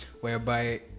whereby